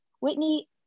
Whitney